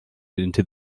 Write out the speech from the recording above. into